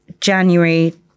January